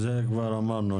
אוקיי, זה כבר אמרנו.